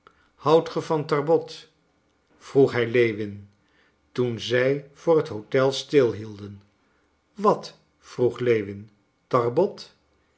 houdt ge van tarbot vroeg hij lewin toen zij voor het hotel stil hielden wat vroeg lewin